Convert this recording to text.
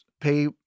pay